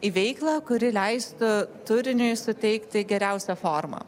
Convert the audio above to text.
į veiklą kuri leistų turiniui suteikti geriausią formą